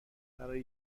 برای